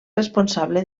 responsable